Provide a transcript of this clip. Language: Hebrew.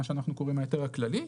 מה שאנחנו קוראים: ההיתר הכללי,